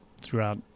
Throughout